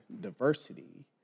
diversity